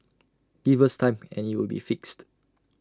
give us time and IT will be fixed